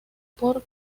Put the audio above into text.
por